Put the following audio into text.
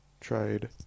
tried